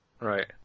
Right